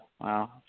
Wow